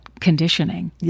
Conditioning